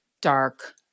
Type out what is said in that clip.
dark